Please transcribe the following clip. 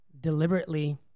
deliberately